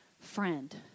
friend